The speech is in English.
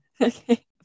Okay